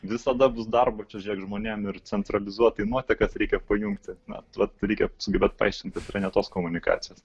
visada bus darbo čia žiūrėk žmonėm ir centralizuotai nuotekas reikia pajungti na vat reikia kaip sugebėt paaiškint kad yra ne tos komunikacijos